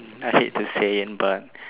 I hate to say in but